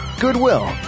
goodwill